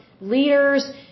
leaders